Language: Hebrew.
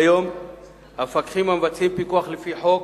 כיום המפקחים המבצעים פיקוח לפי חוק